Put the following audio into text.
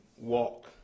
walk